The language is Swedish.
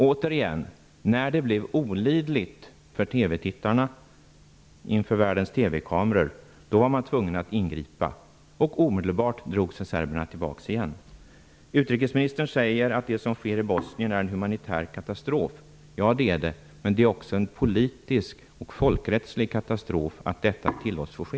Återigen blev det så att när det som skedde inför världens TV-kameror blev olidligt för TV-tittarna, blev man tvungen att ingripa. Serberna drog sig omedelbart tillbaka. Utrikesministern säger att det som sker i Bosnien är en humanitär katastrof. Ja, men det är också en politisk och folkrättslig katastrof att detta tillåts ske.